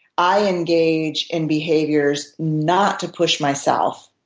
i engage in behaviors not to push myself,